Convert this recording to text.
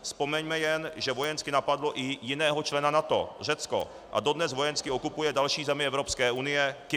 Vzpomeňme jen, že vojensky napadlo i jiného člena NATO, Řecko, a dones vojensky okupuje další zemi Evropské unie, Kypr.